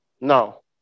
No